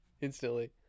instantly